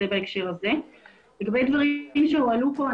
לגבי דברים שהועלו כאן.